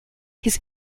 his